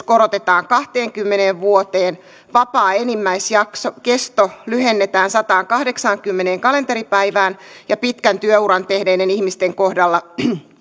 korotetaan kahteenkymmeneen vuoteen vapaan enimmäiskesto lyhennetään sataankahdeksaankymmeneen kalenteripäivään ja pitkän työuran tehneiden ihmisten kohdalla